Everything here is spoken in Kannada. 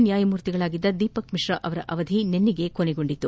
ನ್ಯಾಯಮೂರ್ತಿ ದೀಪಕ್ ಮಿಶ್ರಾ ಅವರ ಅವಧಿ ನಿನ್ನೆಗೆ ಕೊನೆಗೊಂಡಿತ್ತು